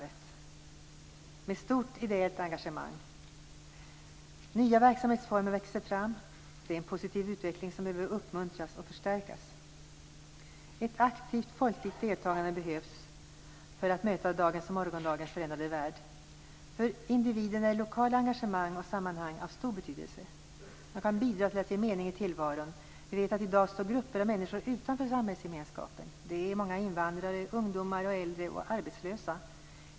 De har ett stort ideellt engagemang. Nya verksamhetsformer växer fram. Detta är en positiv utveckling som behöver uppmuntras och förstärkas. Ett aktivt folkligt deltagande behövs för att möta dagens och morgondagens förändrade värld. För individen är lokala engagemang och sammanhang av stor betydelse. De kan bidra till att ge mening åt tillvaron. I dag står ju grupper av människor utanför samhällsgemenskapen. Det handlar om många invandrare, om ungdomar och äldre samt om arbetslösa.